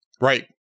right